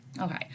okay